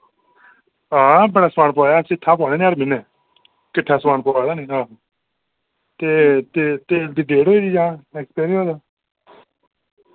हां बड़ा समान पोआया अस किट्ठा पोआन्ने निं हर म्हीनै किट्ठा समान पोआया निं हां ते ते तेल दी डेट होई दी जां एक्सपाइर होएदा